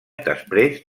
després